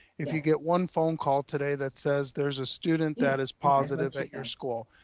if you get one phone call today that says, there's a student that is positive at your school.